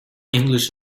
english